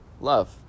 love